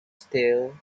stele